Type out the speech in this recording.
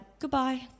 goodbye